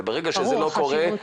וברגע שזה לא קורה,